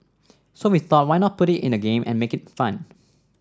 so we thought why not put it in a game and make it fun